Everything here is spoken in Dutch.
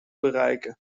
bereiken